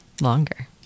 longer